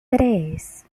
tres